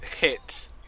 hit